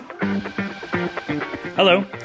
Hello